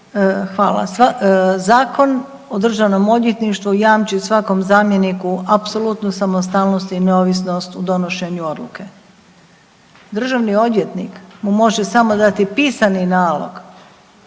Hvala. Zakon o državnom odvjetništvu jamči svakom zamjeniku apsolutnu samostalnost i neovisnost u donošenju odluke. Državni odvjetnik mu može samo dati pisani nalog,